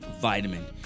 vitamin